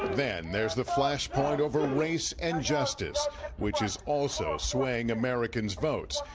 then there's the flashpoint over race and justice which is also swaying americans' votes.